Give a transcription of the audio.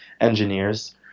engineers